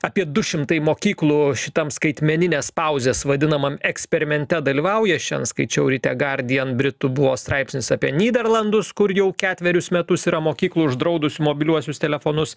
apie du šimtai mokyklų šitam skaitmeninės pauzės vadinamam eksperimente dalyvauja šian skaičiau ryte gardijan britų buvo straipsnis apie nyderlandus kur jau ketverius metus yra mokyklų uždraudusių mobiliuosius telefonus